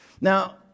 Now